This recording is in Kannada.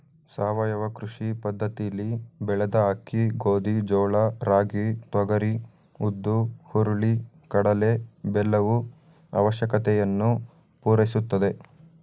ಸಾವಯವ ಕೃಷಿ ಪದ್ದತಿಲಿ ಬೆಳೆದ ಅಕ್ಕಿ ಗೋಧಿ ಜೋಳ ರಾಗಿ ತೊಗರಿ ಉದ್ದು ಹುರುಳಿ ಕಡಲೆ ಬೆಲ್ಲವು ಅವಶ್ಯಕತೆಯನ್ನು ಪೂರೈಸುತ್ತದೆ